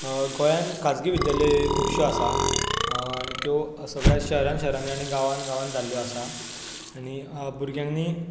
गोंयान खाजगी विद्यालय खुबश्यो आसा आनी त्यो सगळ्या शहरान शहरांनी आणी गांवान गांवान जाल्ल्यो आसा आनी भुरग्यांनी